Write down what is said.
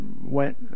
went